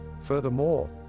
Furthermore